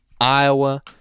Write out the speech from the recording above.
Iowa